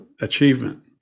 achievement